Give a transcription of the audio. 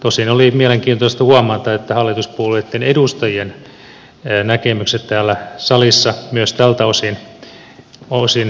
tosin oli mielenkiintoista huomata että hallituspuolueitten edustajien näkemykset täällä salissa myös tältä osin erosivat